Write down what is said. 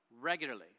regularly